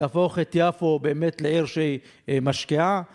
להפוך את יפו באמת לעיר שהיא משקיעה.